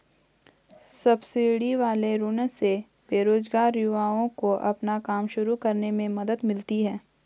subsidy वाले ऋण से बेरोजगार युवाओं को अपना काम शुरू करने में मदद मिलती है